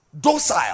Docile